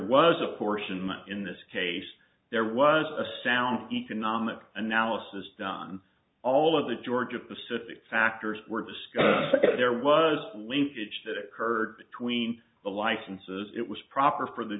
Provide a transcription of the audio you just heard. was a fortune in this case there was a sound economic analysis done all of the georgia pacific factors were discussed there was a linkage that occurred between the licenses it was proper for the